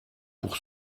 pour